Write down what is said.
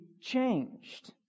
changed